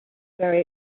very